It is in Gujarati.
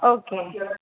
ઓકે